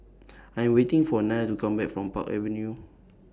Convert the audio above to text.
I'm waiting For Nile to Come Back from Park Avenue